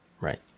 Right